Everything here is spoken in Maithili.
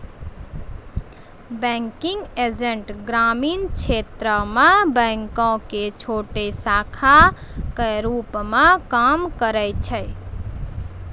बैंकिंग एजेंट ग्रामीण क्षेत्रो मे बैंको के छोटो शाखा के रुप मे काम करै छै